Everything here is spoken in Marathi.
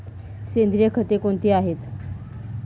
सेंद्रिय खते कोणती आहेत?